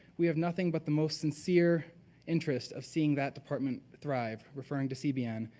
we have nothing but the most sincere interest of seeing that department thrive, referring to cbn,